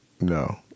no